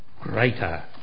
greater